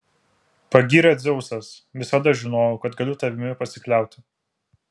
pagyrė dzeusas visada žinojau kad galiu tavimi pasikliauti